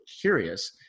curious